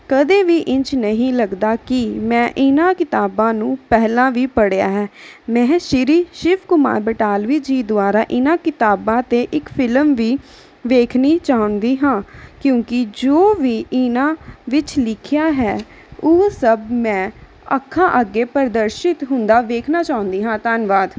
ਕਦੇ ਵੀ ਇੰਝ ਨਹੀਂ ਲੱਗਦਾ ਕਿ ਮੈਂ ਇਹਨਾਂ ਕਿਤਾਬਾਂ ਨੂੰ ਪਹਿਲਾਂ ਵੀ ਪੜ੍ਹਿਆ ਹੈ ਮੈਂ ਸ਼੍ਰੀ ਸ਼ਿਵ ਕੁਮਾਰ ਬਟਾਲਵੀ ਜੀ ਦੁਆਰਾ ਇਹਨਾਂ ਕਿਤਾਬਾਂ 'ਤੇ ਇੱਕ ਫਿਲਮ ਵੀ ਵੇਖਣੀ ਚਾਹੁੰਦੀ ਹਾਂ ਕਿਉਂਕਿ ਜੋ ਵੀ ਇਹਨਾਂ ਵਿੱਚ ਲਿਖਿਆ ਹੈ ਉਹ ਸਭ ਮੈਂ ਅੱਖਾਂ ਅੱਗੇ ਪ੍ਰਦਰਸ਼ਿਤ ਹੁੰਦਾ ਵੇਖਣਾ ਚਾਹੁੰਦੀ ਹਾਂ ਧੰਨਵਾਦ